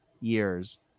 years